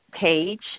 page